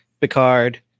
picard